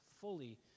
fully